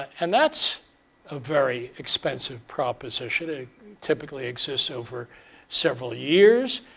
and that's a very expensive proposition, it typically exists over several years.